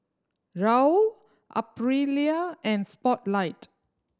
Raoul Aprilia and Spotlight